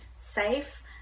safe